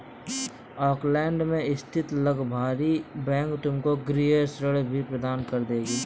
Auckland में स्थित लाभकारी बैंक तुमको गृह ऋण भी प्रदान कर देगा